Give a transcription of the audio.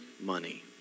money